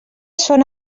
són